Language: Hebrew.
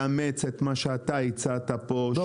לאמץ את מה שאתה הצעת פה --- לא,